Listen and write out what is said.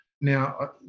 Now